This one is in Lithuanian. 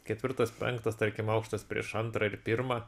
ketvirtas penktas tarkim aukštas prieš antrą ir pirmą